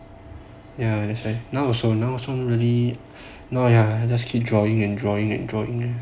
ya that's why now also now so many I just keep drawing and drawing and drawing